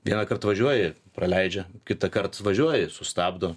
vienąkart važiuoji praleidžia kitąkart važiuoji sustabdo